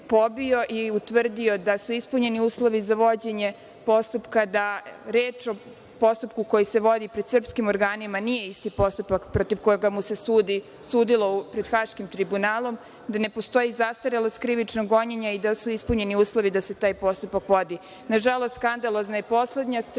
i utvrdio da su ispunjeni uslovi za vođenje postupka, da reč o postupku koji se vodi pred srpskim organima nije isti postupak protiv koga mu se sudilo pred Haškim tribunalom, gde ne postoji zastarelost krivično gonjenja i da su ispunjeni uslovi da se taj postupak vodi. Nažalost, skandalozna je poslednja strana